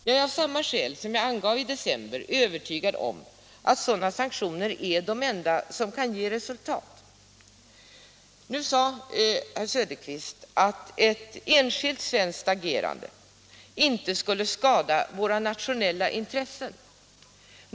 Jag är av samma skäl som jag angav i december övertygad om att sådana sanktioner är de enda som kan ge resultat. Nu sade herr Söderqvist att ett enskilt svenskt agerande inte skulle skada våra nationella intressen.